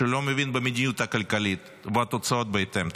שהוא לא מבין במדיניות הכלכלית, והתוצאות בהתאם.